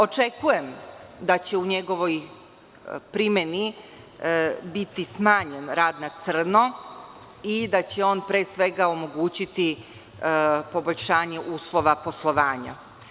Očekujem da će u njegovoj primeni biti smanjen rad na crno i da će on pre svega omogućiti poboljšanje uslova poslovanja.